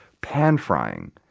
pan-frying